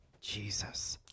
Jesus